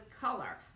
color